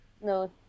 No